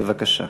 בבקשה.